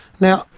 now,